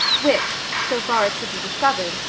which, so far as could be discovered,